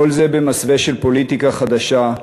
וכל זה במסווה של פוליטיקה חדשה,